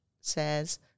says